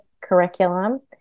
curriculum